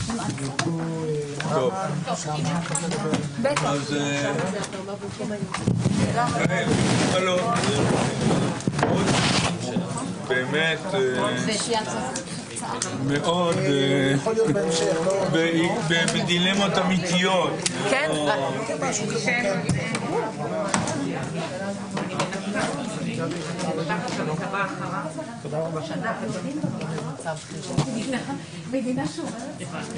11:55.